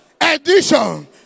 edition